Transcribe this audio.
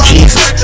Jesus